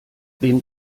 wem